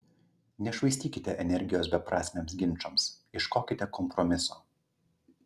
nešvaistykite energijos beprasmiams ginčams ieškokite kompromiso